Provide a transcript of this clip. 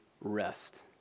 rest